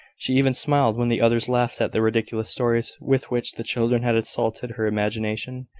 she even smiled when the others laughed at the ridiculous stories with which the children had assaulted her imagination.